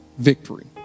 victory